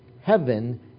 heaven